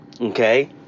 Okay